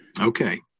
Okay